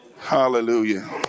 Hallelujah